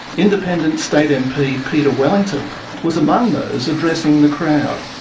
independent state mp peter wellington was among those addressing the crowd.